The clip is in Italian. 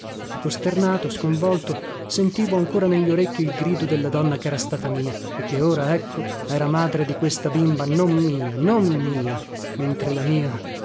costernato sconvolto sentivo ancora negli orecchi il grido della donna chera stata mia e che ora ecco era madre di questa bimba non mia non mia mentre la mia